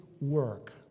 work